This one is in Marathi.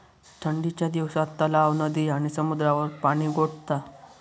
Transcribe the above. ठंडीच्या दिवसात तलाव, नदी आणि समुद्रावर पाणि गोठता